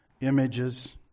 images